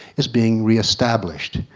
is being reestablished.